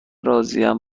راضیم